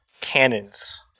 cannons